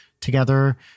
together